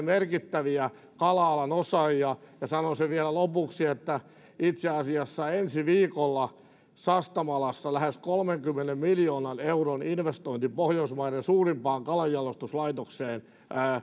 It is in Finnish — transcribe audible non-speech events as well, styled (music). (unintelligible) merkittäviä kala alan osaajia ja sanon sen vielä lopuksi että itse asiassa ensi viikolla sastamalassa lähes kolmenkymmenen miljoonan euron investointi pohjoismaiden suurimpaan kalanjalostuslaitokseen